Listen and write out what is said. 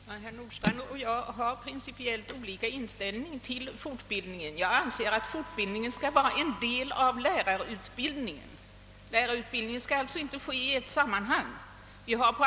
Herr talman! Herr Nordstrandh och jag har principiellt olika inställning till fortbildningen. Jag anser att fortbildningen skall vara en del av lärarutbildningen, som alltså inte bör ske i ett sammanhang.